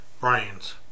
brains